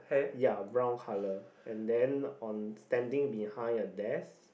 ya brown colour and then on standing behind a desk